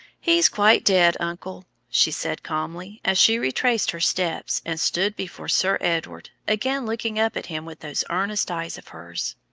he's quite dead, uncle, she said calmly, as she retraced her steps and stood before sir edward, again looking up at him with those earnest eyes of hers,